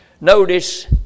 Notice